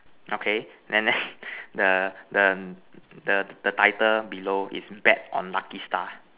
okay then the the the the title below is bet on lucky star